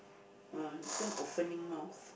ah this one opening mouth